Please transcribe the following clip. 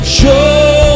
show